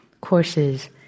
courses